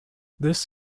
this